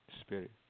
spirit